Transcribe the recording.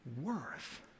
worth